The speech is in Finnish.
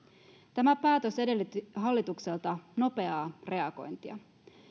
tämä päätös edellytti hallitukselta nopeaa reagointia